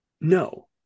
No